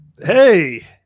hey